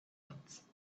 dots